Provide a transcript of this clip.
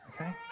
Okay